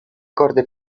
corde